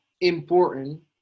important